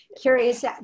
Curious